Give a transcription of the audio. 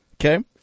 Okay